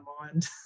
mind